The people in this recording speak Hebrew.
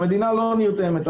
המדינה לא נרתמת,